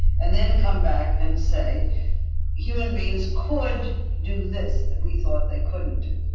and then come back and say human beings could do this that we thought they couldn't do.